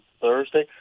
Thursday